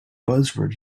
buzzword